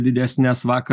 didesnes vakar